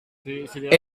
elle